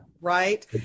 right